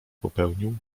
popełnił